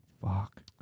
fuck